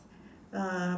uh